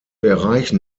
erreichen